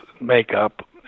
makeup